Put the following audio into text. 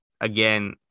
again